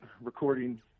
recording